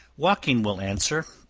walking will answer,